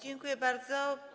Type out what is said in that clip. Dziękuję bardzo.